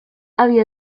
había